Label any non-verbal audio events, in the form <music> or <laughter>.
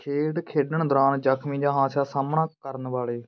ਖੇਡ ਖੇਡਣ ਦੌਰਾਨ ਜਖਮੀ ਜਾਂ <unintelligible> ਸਾਹਮਣਾ ਕਰਨ ਵਾਲੇ